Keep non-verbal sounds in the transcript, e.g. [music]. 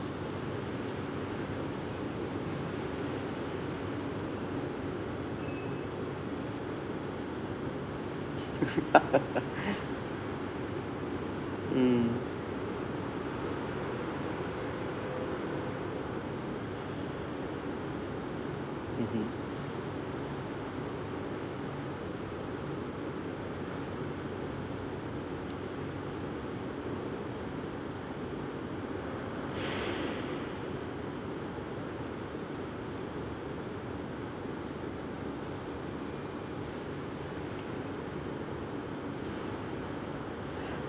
[laughs] mm mmhmm